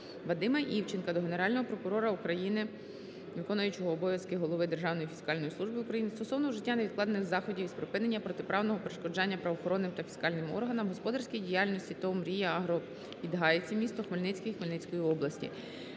Вадима Івченка до Генерального прокурора України, виконуючого обов'язки голови Державної фіскальної служби України стосовно вжиття невідкладних заходів із припинення протиправного перешкоджання правоохоронними та фіскальними органами господарській діяльності ТОВ "Мрія Агро Підгайці" (місто Хмельницький Хмельницької області).